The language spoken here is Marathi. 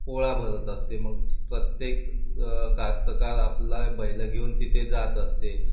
पोळा भरत असते मग प्रत्येक कास्तकार आपला बैलं घेऊन तिथे जात असते